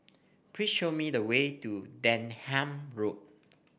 please show me the way to Denham Road